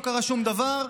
לא קרה שום דבר,